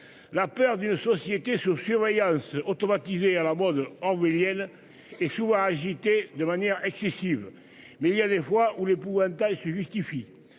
La peur d'une société sous surveillance automatisée à la mode en Willy elle est agité de manière excessive, mais il y a des fois où l'épouvantail se justifie,